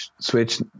switch